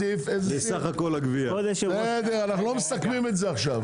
אנחנו לא מסכמים את זה עכשיו.